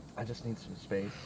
i just need some space.